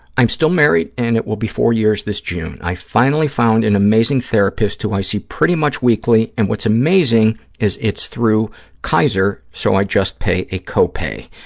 i'm still married and it will be four years this june. i finally found an amazing therapist who i see pretty much weekly, and what's amazing is it's through kaiser so i just pay a co-pay.